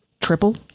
Triple